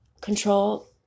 control